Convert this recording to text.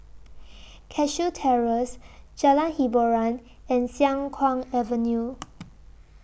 Cashew Terrace Jalan Hiboran and Siang Kuang Avenue